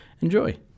Enjoy